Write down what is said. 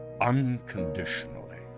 Unconditionally